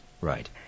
right